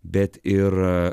bet ir